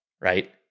right